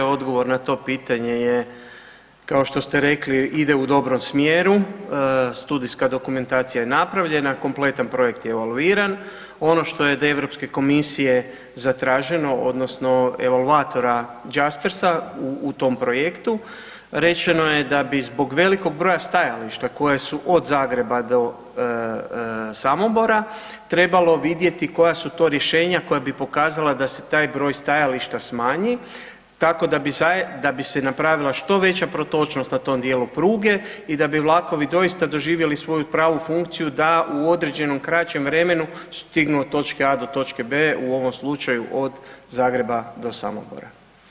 Odgovor na to pitanje je kao što ste rekli, ide u dobrom smjeru, studijska dokumentacija je napravljena, kompletan projekt je evaluiran, ono što je od EU komisije zatraženo, odnosno evaluatora JASPERS-a, u tom projektu, rečeno je da bi zbog velikog broja stajališta koje su od Zagreba do Samobora trebalo vidjeti koja su to rješenje koja bi pokazala da se taj broj stajališta smanji, tako da bi se napravila što veća protočnost na tom dijelu pruge i da bi vlakovi doista doživjeli svoju pravu funkciju da u određenom kraćem vremenu stignu od točke A do točke B, u ovom slučaju od Zagreba do Samobora.